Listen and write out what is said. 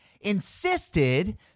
insisted